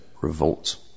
revolt